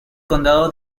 condado